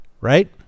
right